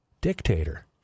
dictator